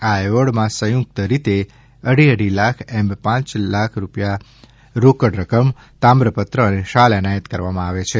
આ એવોર્ડમાં સંયુકત રીતે અઢી અઢી લાખ એમ પાંચ લાખ રૂપિયા રોકડ રકમ તામ્રપત્ર અને શાલ એનાયત કરવામાં આવે છે